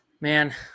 man